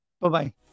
Bye-bye